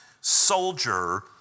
soldier